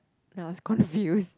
and I was confused